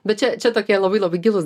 bet čia čia tokie labai labai gilūs